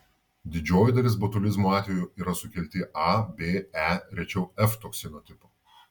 didžioji dalis botulizmo atvejų yra sukelti a b e rečiau f toksino tipų